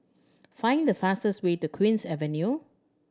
find the fastest way to Queen's Avenue